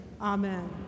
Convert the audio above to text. Amen